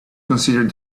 considered